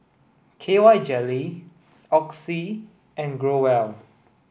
K Y jelly Oxy and Growell